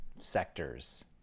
sectors